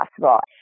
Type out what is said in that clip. possible